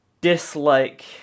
dislike